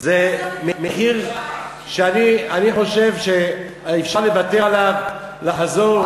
זה מחיר שאני חושב שאפשר לוותר עליו, לחזור,